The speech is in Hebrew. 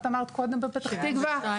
את אמרת קודם בפתח תקווה,